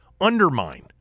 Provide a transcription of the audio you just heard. undermine